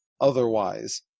Otherwise